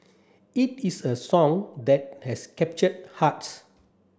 it is a song that has captured hearts